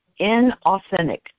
inauthentic